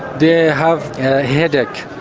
they have headache.